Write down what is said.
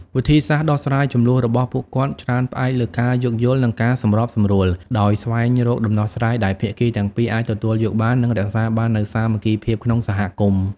វិធីសាស្រ្តដោះស្រាយជម្លោះរបស់ពួកគាត់ច្រើនផ្អែកលើការយោគយល់ និងការសម្របសម្រួល ដោយស្វែងរកដំណោះស្រាយដែលភាគីទាំងពីរអាចទទួលយកបាន និងរក្សាបាននូវសាមគ្គីភាពក្នុងសហគមន៍។